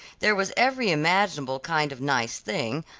there was every imaginable kind of nice thing,